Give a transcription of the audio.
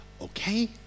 okay